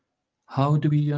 how do we yeah